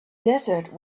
desert